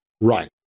Right